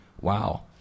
wow